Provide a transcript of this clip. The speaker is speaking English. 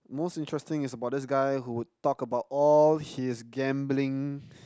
most interesting is about this guy who would talk about all his gambling